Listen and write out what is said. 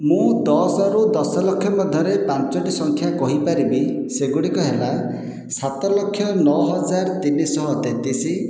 ମୁଁ ଦଶ ରୁ ଦଶ ଲକ୍ଷ ମଧ୍ୟରେ ପାଞ୍ଚଟି ସଂଖ୍ୟା କହି ପାରିବି ସେଗୁଡ଼ିକ ହେଲା ସାତଲକ୍ଷ ନଅ ହଜାର ତିନିଶହ ତେତିଶ